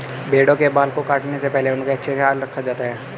भेड़ों के बाल को काटने से पहले उनका अच्छे से ख्याल रखा जाता है